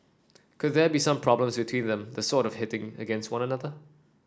could there be some problems between them the sort of hitting against one another